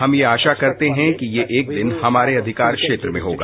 हम ये आशा करते हैं कि ये एक दिन यह हमारे अधिकार क्षेत्र में होगा